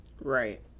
Right